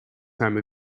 time